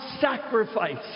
sacrifice